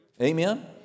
Amen